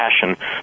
passion